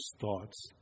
thoughts